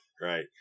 right